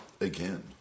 again